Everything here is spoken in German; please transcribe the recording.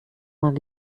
mag